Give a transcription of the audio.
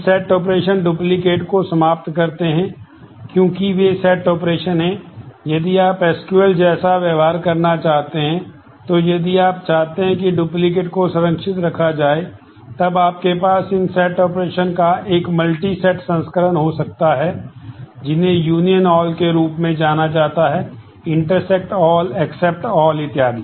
set के operation इत्यादि